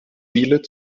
viele